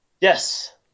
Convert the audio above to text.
Yes